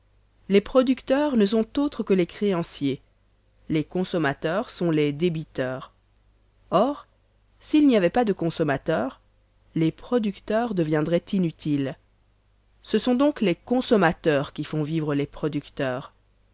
les producteurs ne sont autres que les créanciers les consommateurs sont les débiteurs or s'il n'y avait pas de consommateurs les producteurs deviendraient inutiles ce sont donc les consommateurs qui font vivre les producteurs